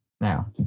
Now